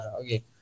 okay